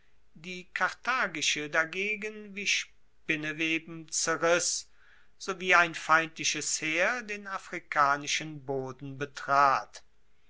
die karthagische dagegen wie spinneweben zerriss sowie ein feindliches heer den afrikanischen boden betrat